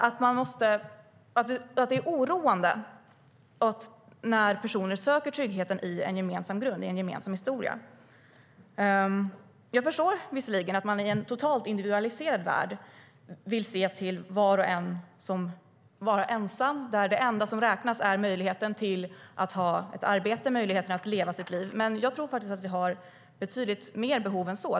Hon tycks anse att det är oroande att personer söker tryggheten i en gemensam grund och en gemensam historia. Jag förstår visserligen att man i en totalt individualiserad värld vill se till var och en som enskild och att det enda som räknas är möjligheten att ha ett arbete och att leva sitt liv. Men jag tror faktiskt att vi har betydligt fler behov än så.